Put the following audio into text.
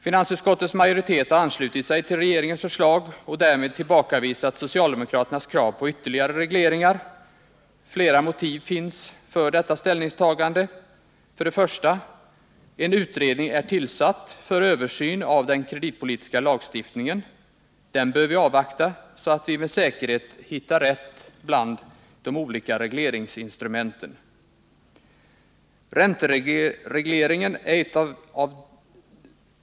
Finansutskottets majoritet har anslutit sig till regeringens förslag och därmed tillbakavisat socialdemokraternas krav på ytterligare regleringar. Flera motiv finns för detta ställningstagande: 1. Enutredning är tillsatt för översyn av den kreditpolitiska lagstiftningen. Den bör vi avvakta, så att vi med säkerhet hittar rätt bland de olika regleringsinstrumenten. 2.